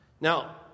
Now